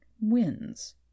wins